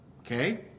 Okay